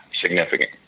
significant